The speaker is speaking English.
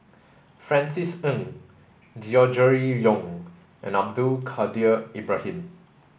Francis Ng Gregory Yong and Abdul Kadir Ibrahim